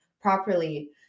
properly